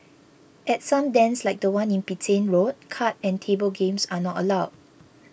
at some dens like the one in Petain Road card and table games are not allowed